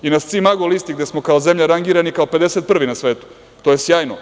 I na "Scimago" listi, gde smo kao zemlja rangirani kao 51. na svetu, to je sjajno.